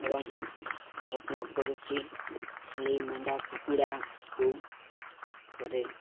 ଏବଂ ଯତ୍ନ କରୁଛି ଛେଳି ମେଣ୍ଢା କୁକୁଡ଼ାକୁ ପରେ